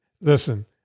Listen